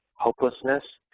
hopelessness,